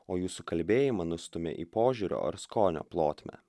o jūsų kalbėjimą nustumia į požiūrio ar skonio plotmę